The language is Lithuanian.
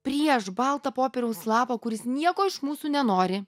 prieš baltą popieriaus lapą kuris nieko iš mūsų nenori